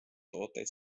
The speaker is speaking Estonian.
tooteid